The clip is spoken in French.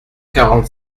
quarante